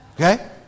Okay